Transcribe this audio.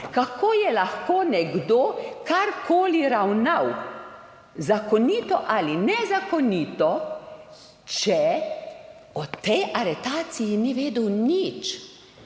Kako je lahko nekdo karkoli ravnal zakonito ali nezakonito, če o tej aretaciji ni vedel nič?